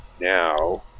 now